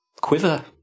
quiver